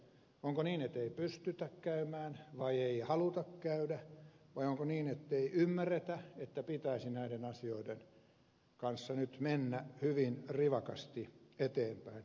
onko niin ettei pystytä käymään vai ei haluta käydä vai onko niin ettei ymmärretä että pitäisi näiden asioiden kanssa nyt mennä hyvin rivakasti eteenpäin